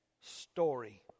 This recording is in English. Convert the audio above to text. story